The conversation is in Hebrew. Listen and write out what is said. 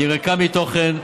היא ריקה מתוכן,